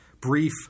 brief